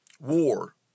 War